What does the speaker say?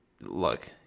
look